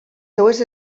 seves